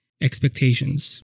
expectations